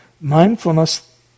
mindfulness